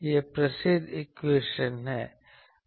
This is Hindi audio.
यह प्रसिद्ध इक्वेशन है